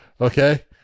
Okay